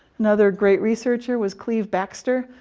another great researcher was cleve backster,